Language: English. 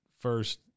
first